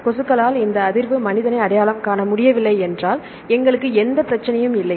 கொசுக்களால் இந்த அதிர்வு மனிதனை அடையாளம் காண முடியவில்லை என்றால் எங்களுக்கு எந்த பிரச்சனையும் இல்லை